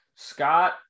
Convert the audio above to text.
Scott